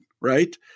right